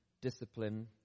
discipline